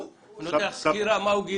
הוא נותן לך סקירה מה הוא גילה.